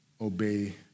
obey